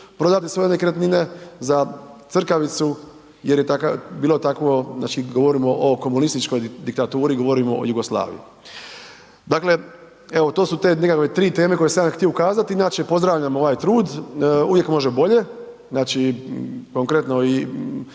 prodati svoje nekretnine za crkavicu jer je bilo takvo, znači govorimo o komunističkoj diktaturi govorimo o Jugoslaviji. Dakle, evo to su nekakve tri teme koje sam ja htio ukazati inače pozdravljam ovaj trud, uvijek može bolje, znači konkretno i